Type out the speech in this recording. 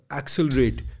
accelerate